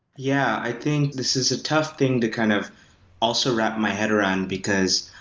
yeah, i think this is a tough thing to kind of also wrap my head around because,